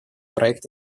проект